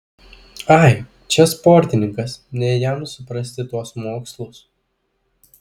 ai čia sportininkas ne jam suprasti tuos mokslus